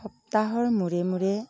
সপ্তাহৰ মূৰে মূৰে